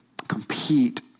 compete